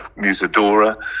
Musadora